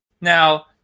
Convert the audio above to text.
Now